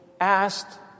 asked